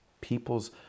People's